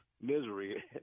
misery